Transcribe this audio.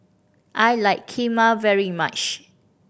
I like Kheema very much